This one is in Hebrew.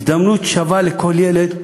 הזדמנות שווה לכל ילד.